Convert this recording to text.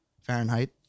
Fahrenheit